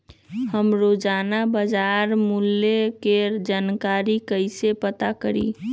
हम रोजाना बाजार मूल्य के जानकारी कईसे पता करी?